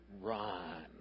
run